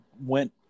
went